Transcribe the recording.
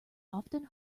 often